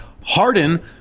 Harden